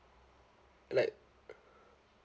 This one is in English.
like